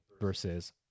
versus